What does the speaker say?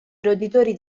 roditori